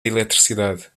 eletricidade